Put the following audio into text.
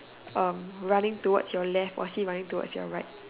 um running towards your left or is he running towards your right